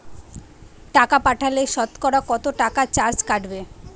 টাকা পাঠালে সতকরা কত টাকা চার্জ কাটবে?